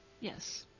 Yes